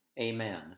Amen